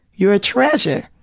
you are a treasure!